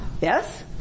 Yes